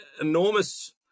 Enormous